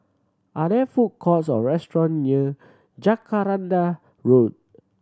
are there food courts or restaurant near Jacaranda Road